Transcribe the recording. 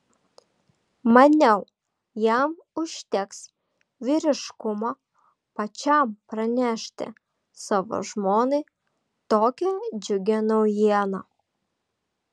maniau jam užteks vyriškumo pačiam pranešti savo žmonai tokią džiugią naujieną